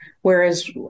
whereas